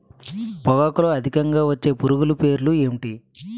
పొగాకులో అధికంగా వచ్చే పురుగుల పేర్లు ఏంటి